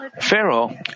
Pharaoh